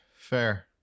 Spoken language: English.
fair